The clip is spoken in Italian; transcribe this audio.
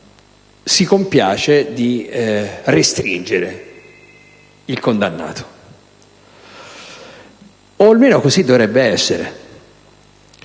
si compiace di restringere il condannato. O almeno così dovrebbe essere.